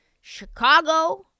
Chicago